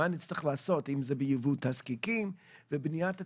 אם זה בייבוא תזקיקים ובניית התשתיות.